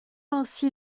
ainsi